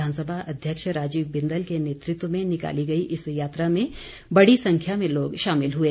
विधानसभा अध्यक्ष राजीव बिंदल के नेतृत्व में निकाली गई इस यात्रा में बड़ी संख्या में लोग शामिल हुए